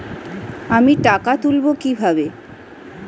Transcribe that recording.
আমি টাকা তুলবো কি ভাবে?